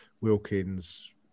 Wilkins